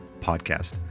podcast